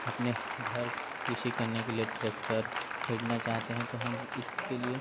अपने घर कृषि करने के लिए ट्रैक्टर खरीदना चाहते हैं तो हम इसके लिए